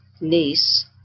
niece